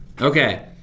Okay